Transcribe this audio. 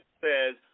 says